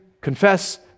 confess